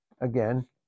again